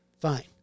fine